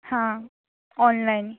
हा ऑनलायन